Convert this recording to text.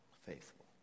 faithful